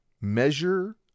measure